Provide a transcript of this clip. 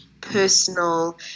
personal